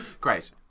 Great